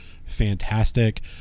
fantastic